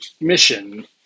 mission